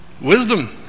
Wisdom